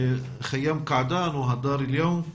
חיאם קעדאן או הדר אליהו?